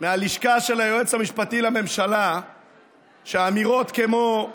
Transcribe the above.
מהלשכה של היועץ המשפטי לממשלה שאמירות כמו: